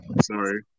sorry